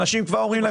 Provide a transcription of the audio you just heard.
לאנשים כבר אומרים,